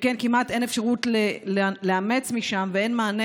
שכן כמעט אין אפשרות לאמץ משם ואין מענה